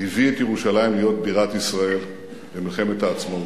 הביא את ירושלים להיות בירת ישראל במלחמת העצמאות.